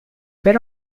per